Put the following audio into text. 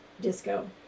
disco